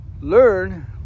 learn